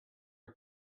are